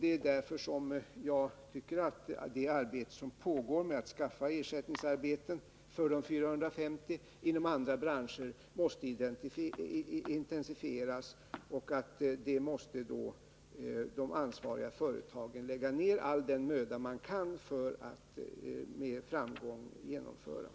Det är därför jag tycker att de ansträngningar som görs för att inom andra branscher skaffa ersättningsarbeten för de 450 sömmerskorna måste intensifieras, och de ansvariga företagen måste då lägga ned all den möda de kan för att med framgång genomföra detta.